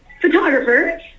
photographer